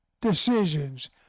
decisions